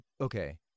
okay